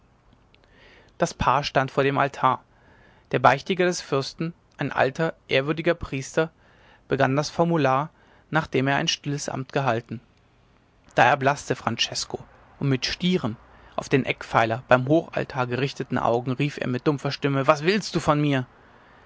das paar stand vor dem altar der beichtiger des fürsten ein alter ehrwürdiger priester begann das formular nachdem er ein stilles amt gehalten da erblaßte francesko und mit stieren auf den eckpfeiler beim hochaltar gerichteten augen rief er mit dumpfer stimme was willst du von mir